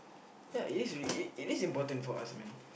that is really it is important for us I mean